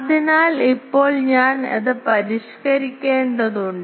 അതിനാൽ ഇപ്പോൾ ഞാൻ അത് പരിഷ്കരിക്കേണ്ടതുണ്ട്